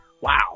wow